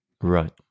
Right